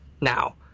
now